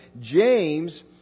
James